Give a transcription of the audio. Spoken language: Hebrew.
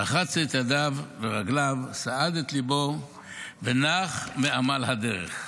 רחץ את ידיו ורגליו, סעד את ליבו ונח מעמל הדרך.